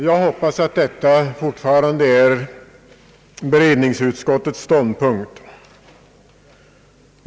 Jag hoppas att detta fortfarande är beredningsutskottets ståndpunkt.